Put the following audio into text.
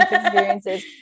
experiences